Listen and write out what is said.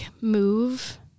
move